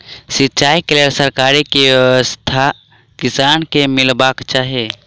सिंचाई केँ लेल सरकारी की व्यवस्था किसान केँ मीलबाक चाहि?